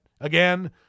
again